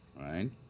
right